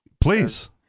Please